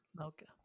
Okay